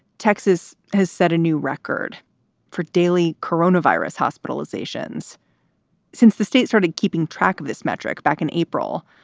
texas has set a new record for daily corona virus hospitalizations since the state started keeping track of this metric. back in april.